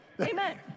Amen